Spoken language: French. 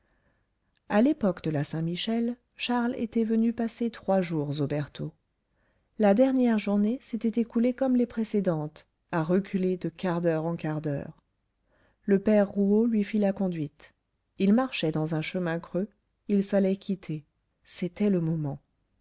à l'époque de la saint-michel charles était venu passer trois jours aux bertaux la dernière journée s'était écoulée comme les précédentes à reculer de quart d'heure en quart d'heure le père rouault lui fit la conduite ils marchaient dans un chemin creux ils s'allaient quitter c'était le moment